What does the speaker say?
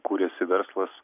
kuriasi verslas